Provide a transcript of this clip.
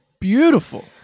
beautiful